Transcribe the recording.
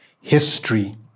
history